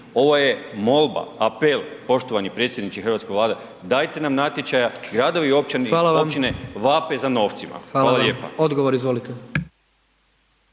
Ovo je molba, apel poštovani predsjedniče hrvatske Vlade, dajte nam natječaja, gradovi i općine vape za novcima. Hvala lijepa.